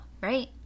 right